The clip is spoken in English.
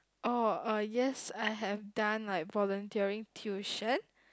oh uh yes I have done like volunteering tuition